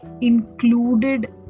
included